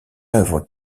œuvre